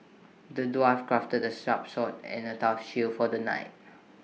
the dwarf crafted A sharp sword and A tough shield for the knight